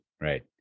right